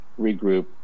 regroup